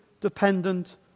dependent